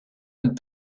and